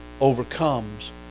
overcomes